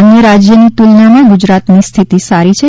અન્ય રાજ્યની તુલનામાં ગુજરાતની સ્થિતિ સારી છે